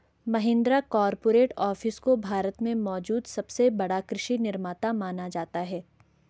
Mahindra corporate office को भारत में मौजूद सबसे बड़ा कृषि निर्माता माना जाता है